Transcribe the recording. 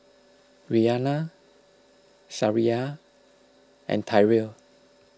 Rhianna Sariah and Tyrell